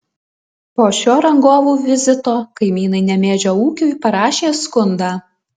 po šio rangovų vizito kaimynai nemėžio ūkiui parašė skundą